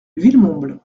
villemomble